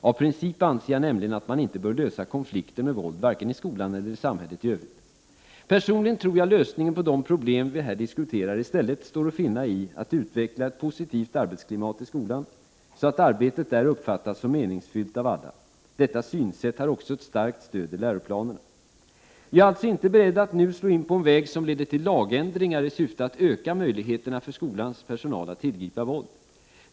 Av princip anser jag nämligen att man inte bör lösa konflikter med våld, varken i skolan eller i samhället i övrigt. Personligen tror jag lösningen på de problem vi här diskuterar i stället står att finna i att utveckla ett positivt arbetsklimat i skolan så att arbetet där uppfattas som meningsfyllt av alla. Detta synsätt har också ett starkt stöd i läroplanerna. Jag är alltså inte beredd att nu slå in på en väg som leder till lagändringar i syfte att öka möjligheterna för skolans personal att tillgripa våld.